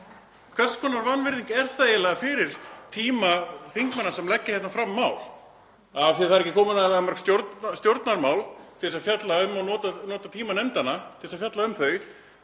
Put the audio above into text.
Hvers konar vanvirðing er það eiginlega fyrir tíma þingmanna sem leggja hérna fram mál? Af því að það eru ekki komin nægilega mörg stjórnarmál fram til þess að fjalla um og nota tíma nefndanna til að fjalla um þau